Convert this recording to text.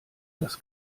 das